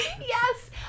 yes